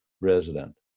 resident